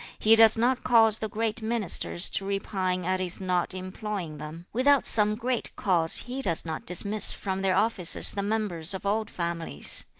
he does not cause the great ministers to repine at his not employing them. without some great cause, he does not dismiss from their offices the members of old families.